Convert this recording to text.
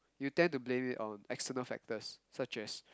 you tend to blame it on external factors such as